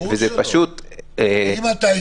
וזה פשוט --- ברור שלא.